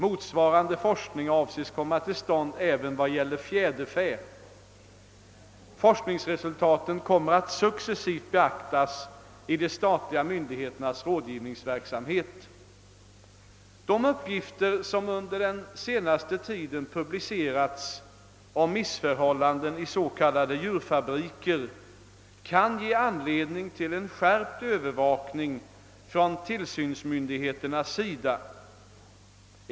Motsvarande forskning avses komma till stånd även vad gäller fjäderfä. Forskningsresultaten kommer att successivt beaktas i de statliga myndigheternas rådgivningsverksamhet. De uppgifter som under den senaste tiden publicerats om missförhållanden i s.k. djurfabriker kan ge anledning till en skärpt övervakning från tillsynsmyndigheternas sida.